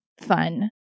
fun